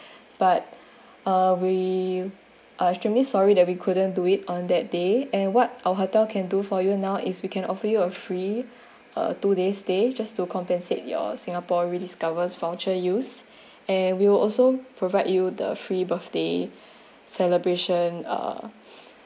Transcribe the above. but uh we uh are extremely sorry that we couldn't do it on that day and what our hotel can do for you now is we can offer you a free uh two days stay just to compensate your singapore rediscovered voucher used and we will also provide you the free birthday celebration uh